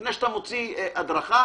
לפני שאתה מוציא הדרכה,